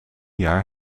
jaar